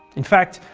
in fact,